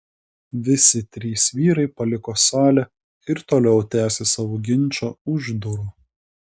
visi trys vyrai paliko salę ir toliau tęsė savo ginčą už durų